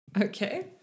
Okay